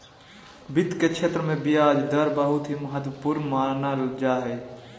वित्त के क्षेत्र मे ब्याज दर बहुत ही महत्वपूर्ण मानल जा हय